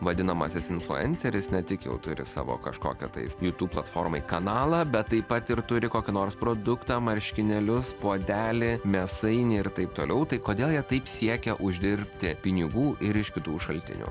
vadinamasis influenceris ne tik jau turi savo kažkokią tais jutūb platformoj kanalą bet taip pat ir turi kokį nors produktą marškinėlius puodelį mėsainį ir taip toliau tai kodėl jie taip siekia uždirbti pinigų ir iš kitų šaltinių